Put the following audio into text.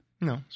No